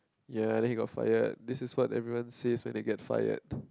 ya then he got fired this is what everyone says when they get fired